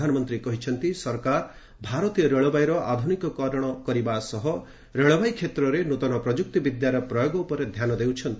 ପ୍ରଧାନମନ୍ତ୍ରୀ କହିଛନ୍ତି ସରକାର ଭାରତୀୟ ରେଳବାଇର ଆଧୁନିକୀକରଣ କରିବା ସହ ରେଳବାଇ କ୍ଷେତ୍ରରେ ନୂତନ ପ୍ରଯୁକ୍ତି ବିଦ୍ୟାର ପ୍ରୟୋଗ ଉପରେ ଧ୍ୟାନ ଦେଉଛନ୍ତି